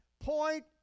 point